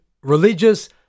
religious